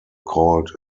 called